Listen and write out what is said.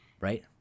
Right